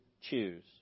choose